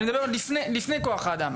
לפני כוח האדם.